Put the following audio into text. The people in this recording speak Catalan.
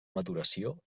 maduració